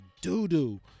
doo-doo